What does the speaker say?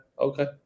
okay